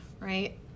right